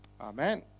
Amen